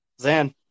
Zan